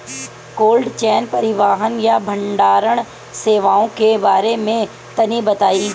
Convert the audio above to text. Cold chain परिवहन या भंडारण सेवाओं के बारे में तनी बताई?